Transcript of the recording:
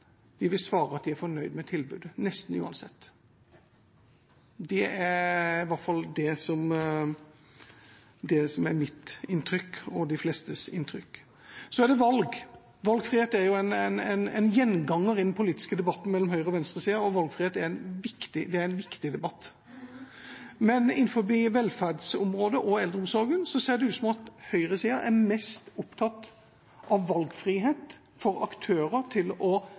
svare at de er fornøyd med tilbudet, nesten uansett. Det er i hvert fall det som er mitt inntrykk – og de flestes inntrykk. Så er det om valg. Valgfrihet er en gjenganger i den politiske debatten mellom høyresida og venstresida, og det er en viktig debatt. Men på velferdsområdet og i eldreomsorgen ser det ut som at høyresida er mest opptatt av valgfrihet for aktører til å